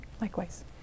Likewise